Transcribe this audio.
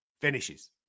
finishes